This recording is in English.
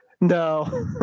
No